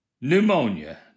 Pneumonia